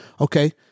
Okay